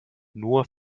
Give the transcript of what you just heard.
nur